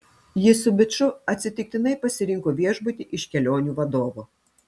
jis su biču atsitiktinai pasirinko viešbutį iš kelionių vadovo